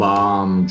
Bomb